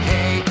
Hey